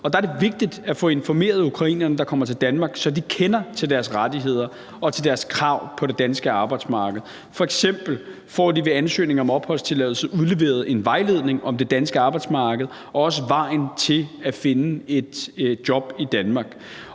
Og der er det vigtigt at få informeret ukrainerne, der kommer til Danmark, så de kender til deres rettigheder og til deres krav på det danske arbejdsmarked. F.eks. får de ved ansøgning om opholdstilladelse udleveret en vejledning om det danske arbejdsmarked og også vejen til at finde et job i Danmark.